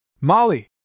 Molly